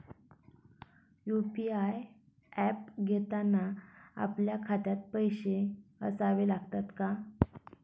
UPI app घेताना आपल्या खात्यात पैसे असावे लागतात का?